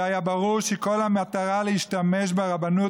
והיה ברור שכל המטרה היא להשתמש ברבנות